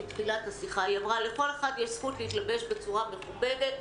בתחילת השיחה: לכל אחד יש זכות להתלבש בצורה מכובדת,